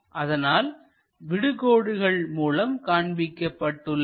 அதனால் விடு கோடுகள் மூலம் காண்பிக்கப்பட்டு உள்ளன